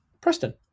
Preston